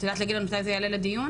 את יודעת להגיד מתי זה יעלה לדיון?